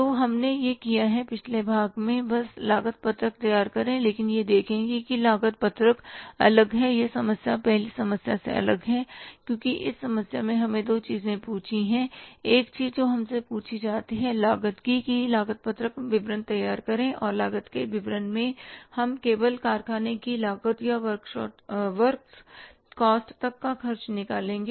तो हमने यह किया है पिछले भाग में बस लागत पत्रक तैयार करें लेकिन यह देखें कि लागत पत्रक अलग है यह समस्या पहली समस्या से अलग है क्योंकि इस समस्या में हमें दो चीजें पूछी हैं एक चीज जो हमसे पूछी जाती है लागत की कि एक लागत पत्रक विवरण तैयार करें और लागत के विवरण में हम केवल कारखाने की लागत या वर्क कॉस्ट तक का खर्च निकालेंगे